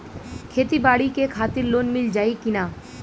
खेती बाडी के खातिर लोन मिल जाई किना?